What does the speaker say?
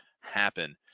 happen